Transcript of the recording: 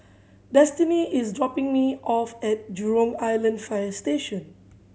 Destini is dropping me off at Jurong Island Fire Station